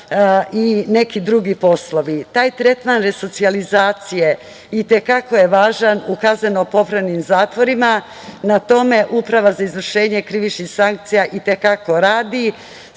i neki drugi poslovi. Taj tretman resocijalizacije i te kako je važan u KPZ, na tome Uprava za izvršenje krivičnih sankcija i te kako radi.